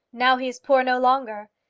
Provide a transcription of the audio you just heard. now he is poor no longer.